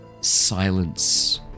silence